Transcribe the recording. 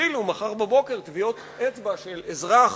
ישתילו מחר בבוקר טביעות אצבע של אזרח